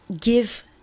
give